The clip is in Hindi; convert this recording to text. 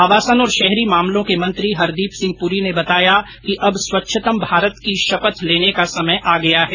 आवासन और शहरी मामलों के मंत्री हरदीप सिंह पुरी ने बताया कि अब स्वच्छतम भारत की शपथ लेने का समय आ गया है